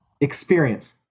experience